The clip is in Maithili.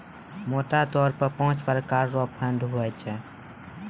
मोटा तौर पर पाँच प्रकार रो फंड हुवै छै